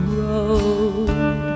road